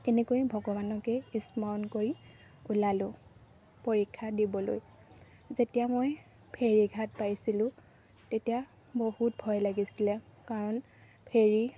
তেনেকৈ ভগৱানকে স্মৰণ কৰি ওলালোঁ পৰীক্ষা দিবলৈ যেতিয়া মই ফেৰীঘাট পাইছিলোঁ তেতিয়া বহুত ভয় লাগিছিলে কাৰণ ফেৰী